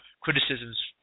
criticisms